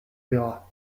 verras